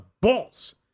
balls